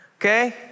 okay